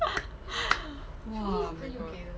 !wah! oh my god